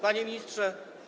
Panie Ministrze!